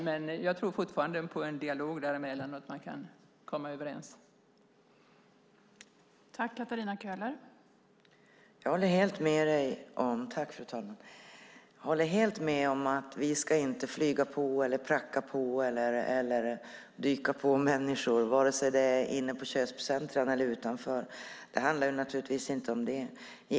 Men jag tror fortfarande på en dialog och att man kan komma överens med markägaren.